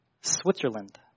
Switzerland